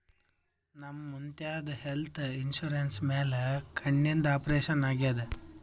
ನಮ್ ಮುತ್ಯಾಂದ್ health insurance ಮ್ಯಾಲ ಕಣ್ಣಿಂದ್ ಆಪರೇಷನ್ ಆಗ್ಯಾದ್